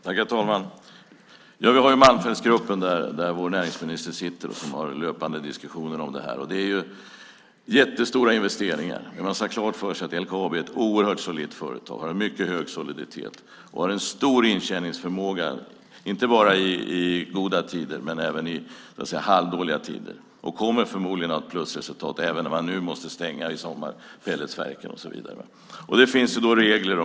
Herr talman! Vi har ju Malmfältsgruppen där vår näringsminister sitter med och där man har löpande diskussioner om detta. Det är jättestora investeringar. Vi ska ha klart för oss att LKAB är ett oerhört solitt företag. Det har en mycket hög soliditet. Det har en stor intjäningsförmåga inte bara i goda tider utan även i halvdåliga tider. Det kommer förmodligen att ha ett plusresultat även om man måste stänga pelletsverken i sommar. Det finns regler.